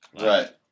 Right